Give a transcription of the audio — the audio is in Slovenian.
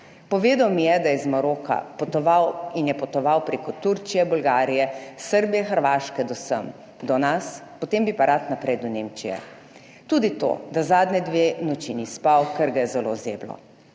Povedal mi je, da je iz Maroka in je potoval preko Turčije, Bolgarije, Srbije, Hrvaške do sem, do nas, potem bi pa rad naprej do Nemčije. Tudi to, da zadnji dve noči ni spal, ker ga je zelo zeblo.